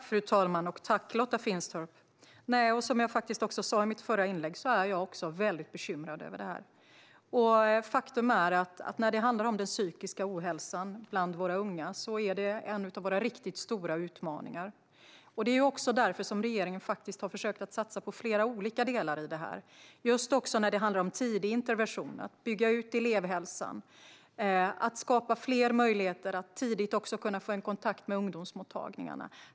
Fru talman! Tack för frågan, Lotta Finstorp! Som jag sa i mitt förra inlägg är jag också väldigt bekymrad över det här. Den psykiska ohälsan bland våra unga är en av våra riktigt stora utmaningar. Det är också därför regeringen har försökt satsa på flera olika delar i det här. Det handlar om tidig intervention, att bygga ut elevhälsan och att skapa fler möjligheter att få tidig kontakt med ungdomsmottagningarna.